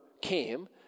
came